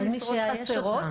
אין מי שיאייש אותן.